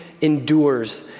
endures